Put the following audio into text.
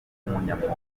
umunyamwuga